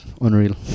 Unreal